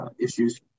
issues